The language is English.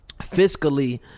Fiscally